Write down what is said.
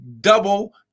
double